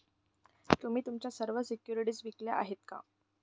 तुम्ही तुमच्या सर्व सिक्युरिटीज विकल्या आहेत का?